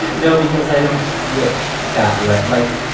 no. because i don't see it that way like,